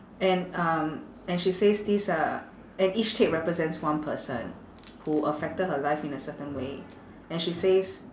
and um and she says this uh and each tape represents one person who affected her life in a certain way and she says